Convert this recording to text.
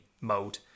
mode